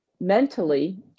mentally